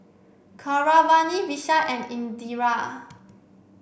Keeravani Vishal and Indira